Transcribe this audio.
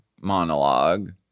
monologue